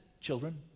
children